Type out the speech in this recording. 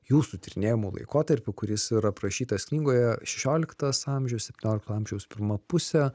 jūsų tyrinėjamu laikotarpiu kuris ir aprašytas knygoje šešioliktas amžius septyniolikto amžiaus pirma pusė